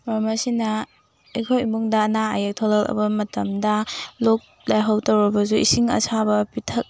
ꯃꯔꯝ ꯑꯁꯤꯅ ꯑꯩꯈꯣꯏ ꯏꯃꯨꯡꯗ ꯑꯅꯥ ꯑꯌꯦꯛ ꯊꯣꯛꯂꯛꯂꯕ ꯃꯇꯝꯗ ꯂꯣꯛ ꯂꯥꯏꯍꯧ ꯇꯧꯔꯕꯁꯨ ꯏꯁꯤꯡ ꯑꯁꯥꯕ ꯄꯤꯊꯛ